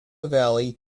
valley